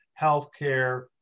healthcare